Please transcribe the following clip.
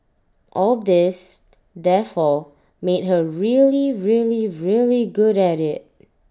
all this therefore made her really really really good at IT